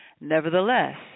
Nevertheless